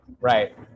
right